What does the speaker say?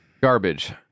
garbage